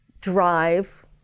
drive